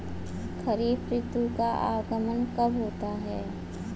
खरीफ ऋतु का आगमन कब होता है?